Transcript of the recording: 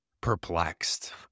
perplexed